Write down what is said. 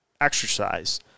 exercise